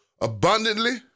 abundantly